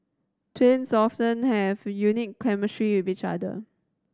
twins often have a unique chemistry with each other